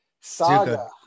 saga